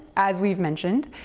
as we've mentioned,